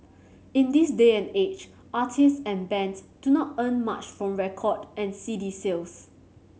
in this day and age artists and bands do not earn much from record and CD sales